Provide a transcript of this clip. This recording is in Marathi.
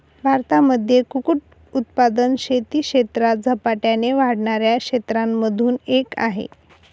भारतामध्ये कुक्कुट उत्पादन शेती क्षेत्रात झपाट्याने वाढणाऱ्या क्षेत्रांमधून एक आहे